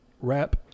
wrap